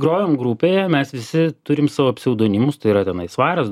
grojom grupėje mes visi turim savo pseudonimus tai yra tenai svaras